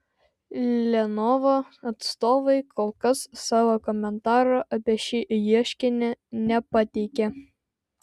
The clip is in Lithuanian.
lenovo atstovai kol kas savo komentaro apie šį ieškinį nepateikė